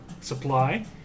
Supply